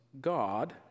God